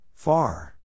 Far